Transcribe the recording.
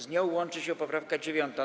Z nią łączy się poprawka 9.